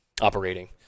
operating